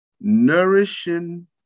nourishing